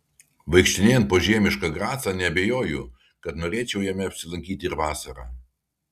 vaikštinėjant po žiemišką gracą neabejoju kad norėčiau jame apsilankyti ir vasarą